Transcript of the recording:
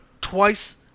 twice